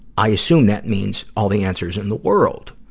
i assume that means all the answers in the world.